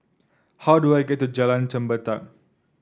how do I get to Jalan Chempedak